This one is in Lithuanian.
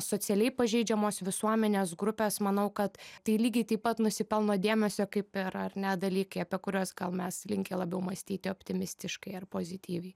socialiai pažeidžiamos visuomenės grupės manau kad tai lygiai taip pat nusipelno dėmesio kaip ir ar ne dalykai apie kuriuos gal mes linkę labiau mąstyti optimistiškai ar pozityviai